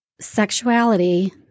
sexuality